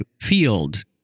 field